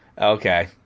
Okay